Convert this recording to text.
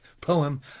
poem